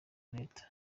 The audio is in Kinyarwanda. reta